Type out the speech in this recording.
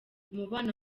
umubano